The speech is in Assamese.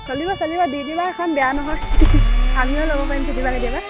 চলিব চলিব দি দিবা এখন বেয়া নহয় আমিও ল'ব পাৰিম কেতিয়াবা কেতিয়াবা